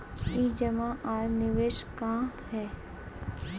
ई जमा आर निवेश का है?